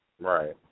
Right